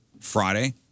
Friday